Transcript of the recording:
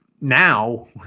now